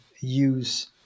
use